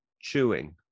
chewing